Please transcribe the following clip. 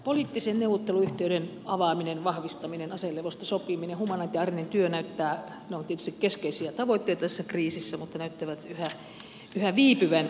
poliittisen neuvotteluyhteyden avaaminen vahvistaminen aselevosta sopiminen humanitaarinen työ ovat tietysti keskeisiä tavoitteita tässä kriisissä mutta näyttävät yhä viipyvän